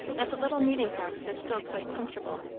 that the little meeting-house was still quite comfortable.